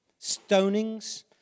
stonings